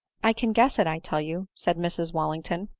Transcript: i can guess it, i tell you said mrs wallington.